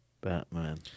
Batman